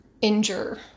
injure